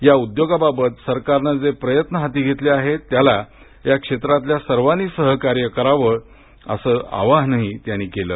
या उद्योगाबाबत सरकारने जे प्रयत्न हाती घेतले आहेत त्याला या क्षेत्रातील सर्वांनी सहकार्य कराव अस आवाहनही त्यांनी केलं